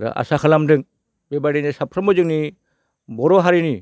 आरो आसा खालामदों बेबायदिनो साफ्रोमबो जोंनि बर' हारिनि